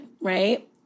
Right